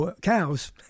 cows